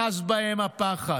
אחז בהם הפחד.